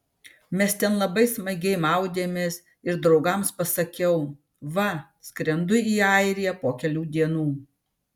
mes ten labai smagiai maudėmės ir draugams pasakiau va skrendu į airiją po kelių dienų